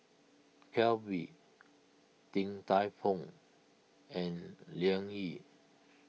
Calbee Din Tai Fung and Liang Yi